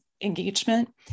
engagement